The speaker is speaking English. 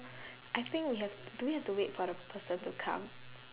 I think we have t~ do we have to wait for the person to come